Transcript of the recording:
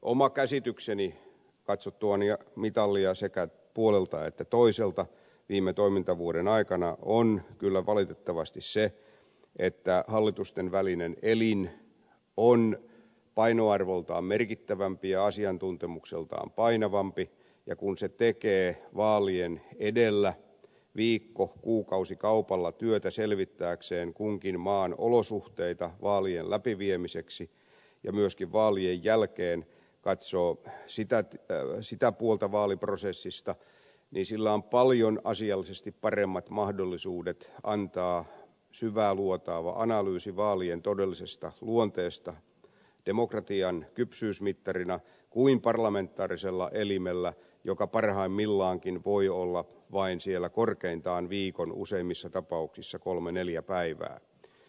oma käsitykseni katsottuani mitalia sekä puolelta että toiselta viime toimintavuoden aikana on kyllä valitettavasti se että hallitustenvälinen elin on painoarvoltaan merkittävämpi ja asiantuntemukseltaan painavampi kun se tekee vaalien edellä viikko kuukausikaupalla työtä selvittääkseen kunkin maan olosuhteita vaalien läpiviemiseksi ja myöskin vaalien jälkeen katsoo sitä puolta vaaliprosessista niin että sillä on asiallisesti paljon paremmat mahdollisuudet antaa syvääluotaava analyysi vaalien todellisesta luonteesta demokratian kypsyysmittarina kuin parlamentaarisella elimellä joka parhaimmillaankin voi olla siellä vain korkeintaan viikon useimmissa tapauksissa kolme neljä päivää